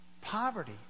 poverty